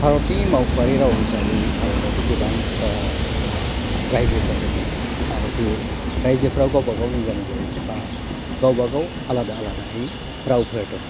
भारतनि मावख'आरि राव हिसाबै भारतावथ' गोबां राज्योफोर दङ आरो बे राज्योफ्राव गावबागाव निजा निजायै बा गावबागाव आलादा आलादायै रावफोर दङ